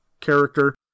character